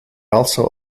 also